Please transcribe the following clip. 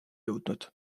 jõudnud